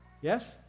Yes